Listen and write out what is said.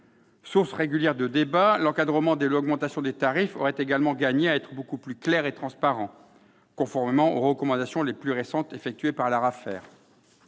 Source régulière de débats, l'encadrement de l'augmentation des tarifs aurait également gagné à être beaucoup plus clair et transparent, conformément aux recommandations les plus récentes effectuées par l'Arafer.